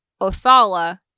Othala